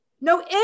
No